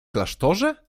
klasztorze